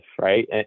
right